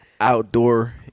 outdoor